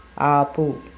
ఆపు